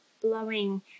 blowing